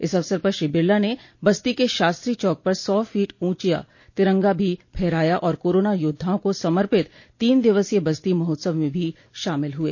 इस अवसर पर श्री बिरला ने बस्ती के शास्त्री चौक पर सौ फोट ऊँचा तिरंगा भी फहराया और कोरोना योद्धाओं को समर्पित तीन दिवसीय बस्ती महोत्सव में भी शामिल हुए